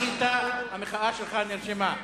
מחית, המחאה שלך נרשמה.